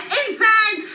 inside